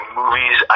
movies